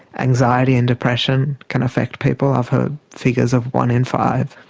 anxiety and depression can affect people, i've heard figures of one in five.